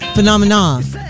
Phenomena